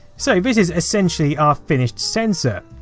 so, this is essentially our finished sensor.